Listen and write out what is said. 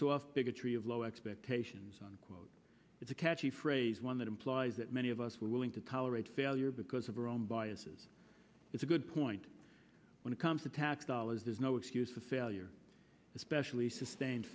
soft bigotry of low expectations unquote it's a catchy phrase one that implies that many of us were willing to tolerate failure because of our own biases is a good point when it comes to tax dollars there's no excuse for failure especially sustained